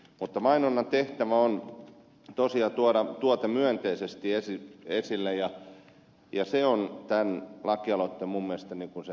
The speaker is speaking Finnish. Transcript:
mutta mainonnan tehtävä on tosiaan tuoda tuote myönteisesti esille ja se on minun mielestäni tämän lakialoitteen tärkein pointti